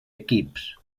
equips